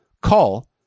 Call